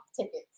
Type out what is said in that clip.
tickets